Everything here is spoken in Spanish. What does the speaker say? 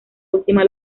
última